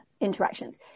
interactions